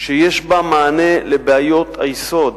שיש בה מענה לבעיות היסוד,